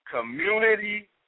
community